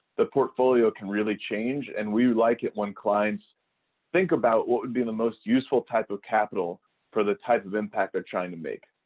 the portfolio can really change and we like it when clients think about what would be the most useful type of capital for the type of impact they are trying to make?